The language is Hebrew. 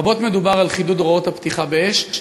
רבות מדובר על חידוד הוראות הפתיחה באש,